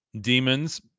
demons